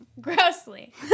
Grossly